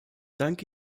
danke